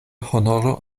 honoro